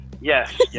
Yes